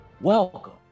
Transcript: welcome